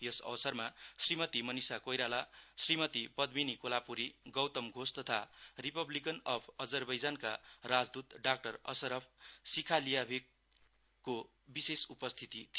यस अवसरमा श्रीमती मनिषा कोइराला श्रीमती पदमीनी कोलापूरी गौतम घोष तथा republican of Azerbaijan का राजदुत डाक्टर असरफ सिरवालियेभको विशेष उपस्थिति थियो